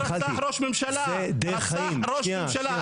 אבל יגאל עמיר רצח ראש ממשלה, רצח ראש ממשלה.